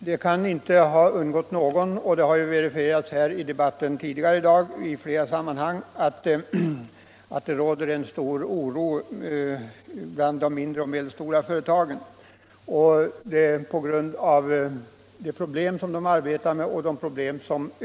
Det kan inte ha undgått någon, och det har verifierats i debatten tidigare i dag i flera sammanhang, att det råder stor oro bland de mindre och medelstora företagen på grund av de växande problem de har att arbeta ned.